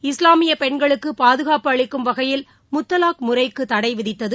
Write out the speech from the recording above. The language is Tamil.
இஸ்லாமிய பெண்களுக்கு பாதுகாப்பு அளிக்கும் வகையில் முத்தலாக் முறைக்கு தடைவிதித்தது